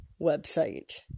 website